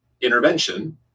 intervention